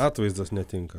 atvaizdas netinka